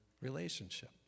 relationship